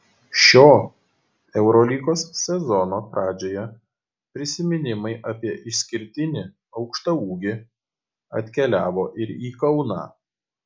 šio eurolygos sezono pradžioje prisiminimai apie išskirtinį aukštaūgį atkeliavo ir į kauną